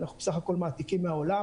אנחנו בסך הכול מעתיקים מהעולם.